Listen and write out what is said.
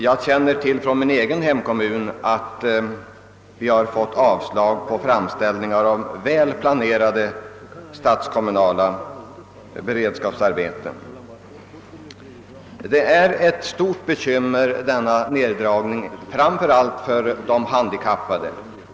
Jag känner till från min egen hemkommun att vi har fått avslag på framställningar om väl planerade statskommunala beredskapsarbeten. Denna nedprutning är ett stort bekymmer framför allt för de handikappade.